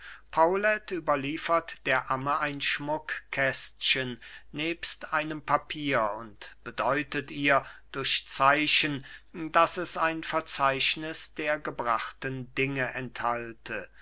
paulet überliefert der amme ein schmuckkästchen nebst einem papier und bedeutet ihr durch zeichen daß es ein verzeichnis der gebrachten dinge enthalte